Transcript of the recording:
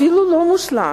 אפילו לא מושלם?